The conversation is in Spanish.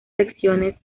secciones